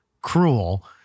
cruel